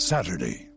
Saturday